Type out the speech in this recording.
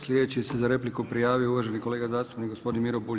Sljedeći se za repliku prijavio uvaženi kolega zastupnik gospodin Miro Bulj.